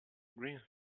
green